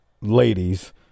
ladies